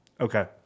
Okay